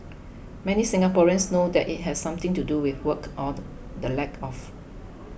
many Singaporeans know that it has something to do with work or the lack of